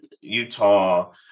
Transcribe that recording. Utah